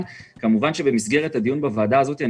כמובן שכאן במסגרת הדיון בוועדה הזו אני